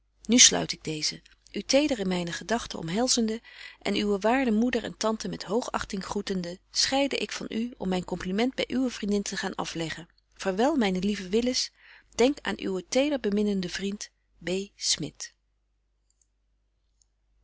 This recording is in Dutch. nu sluit ik deezen u teder in myne gedagten omhelzende en uwe waarde moeder en tante met hoogachting groetende scheide ik van u om myn compliment by uwe vriendin te gaan afleggen vaarwel myne lieve willis denk aan uwen tederbeminnenden vriend